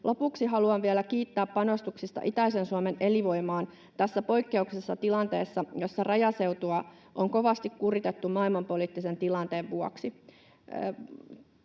Lopuksi haluan vielä kiittää panostuksista itäisen Suomen elinvoimaan tässä poikkeuksellisessa tilanteessa, jossa rajaseutua on kovasti kuritettu maailmanpoliittisen tilanteen vuoksi.